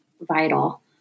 vital